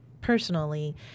personally